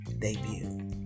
debut